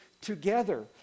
together